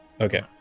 okay